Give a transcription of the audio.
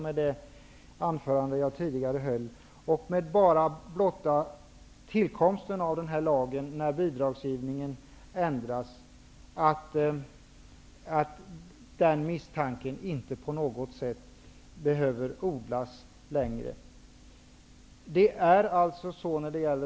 Med det anförande jag tidigare höll och med blotta tilllkomsten av den här lagen, när bidragsgivningen ändras, tycker jag att den misstanken inte på något sätt behöver odlas längre.